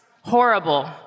Horrible